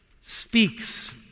speaks